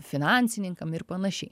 finansininkam ir panašiai